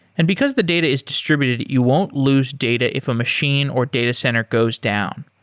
and because the data is distributed, you won't lose data if a machine or data center goes down.